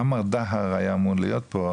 עמר דהאר היה אמור להיות פה,